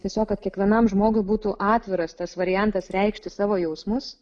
tiesiog kad kiekvienam žmogui būtų atviras tas variantas reikšti savo jausmus